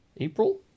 April